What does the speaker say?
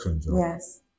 Yes